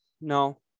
no